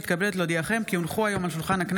התקבלה בקריאה השנייה והשלישית,